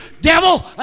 devil